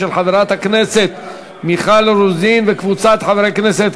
של חברת הכנסת מיכל רוזין וקבוצת חברי כנסת,